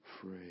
free